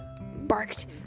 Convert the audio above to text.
barked